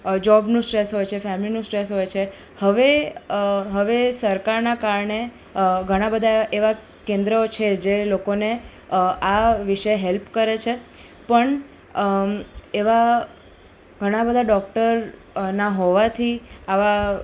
જોબનું stress હોય છે ફેમિલીનું સ્ટ્રેસ હોય છે હવે હવે સરકારનાં કારણે ઘણાં બધા એવાં કેન્દ્ર છે જે લોકોને આ વિષે હેલ્પ કરે છે પણ એવા ઘણા બધા ડોક્ટરના હોવાથી આવા